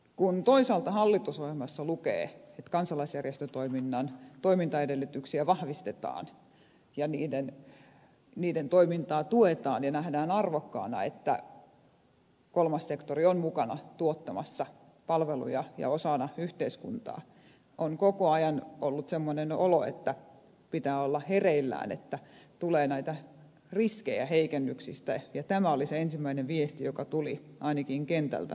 kun toisaalta hallitusohjelmassa lukee että kansalaisjärjestötoiminnan toimintaedellytyksiä vahvistetaan ja niiden toimintaa tuetaan ja nähdään arvokkaana että kolmas sektori on mukana tuottamassa palveluja ja osana yhteiskuntaa on koko ajan ollut semmoinen olo että pitää olla hereillään että tulee näitä riskejä heikennyksistä ja tämä oli se ensimmäinen viesti joka tuli ainakin kentältä näiltä toimijoilta